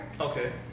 Okay